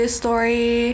story